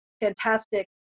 fantastic